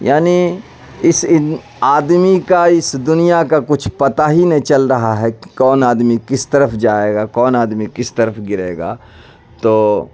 یعنی اس ان آدمی کا اس دنیا کا کچھ پتہ ہی نہیں چل رہا ہے کہ کون آدمی کس طرف جائے گا کون آدمی کس طرف گرے گا تو